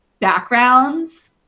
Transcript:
backgrounds